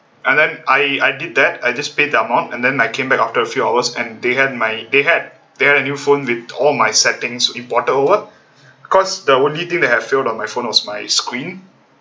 and then I did that I just paid the amount and then I came back after a few hours and they had my they had they have new phone with all my settings imported over cause the only thing that have failed on my phone was my screen